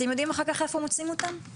אתם יודעים אחר-כך איפה מוצאים אותם?